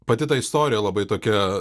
pati ta istorija labai tokia